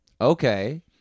Okay